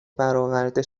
برآورده